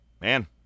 man